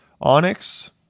Onyx